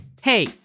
Hey